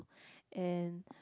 and